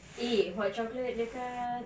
eh hot chocolate dekat